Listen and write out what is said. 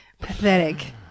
Pathetic